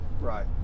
right